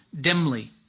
dimly